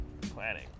Planning